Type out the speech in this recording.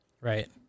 Right